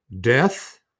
death